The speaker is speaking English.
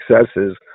successes